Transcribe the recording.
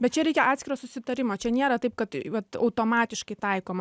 bet čia reikia atskiro susitarimo čia nėra taip kad vat automatiškai taikoma